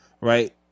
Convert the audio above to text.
right